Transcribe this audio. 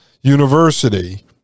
University